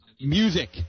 music